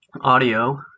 audio